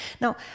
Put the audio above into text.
Now